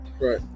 Right